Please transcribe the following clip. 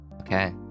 Okay